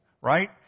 right